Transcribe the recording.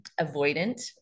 avoidant